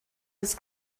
his